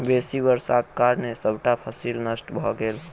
बेसी वर्षाक कारणें सबटा फसिल नष्ट भ गेल